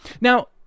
Now